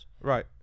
right